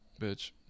bitch